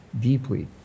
deeply